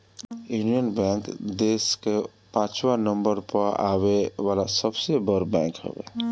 union Bank देस कअ पाचवा नंबर पअ आवे वाला सबसे बड़ बैंक हवे